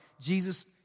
Jesus